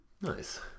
Nice